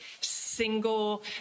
single